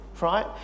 right